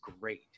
great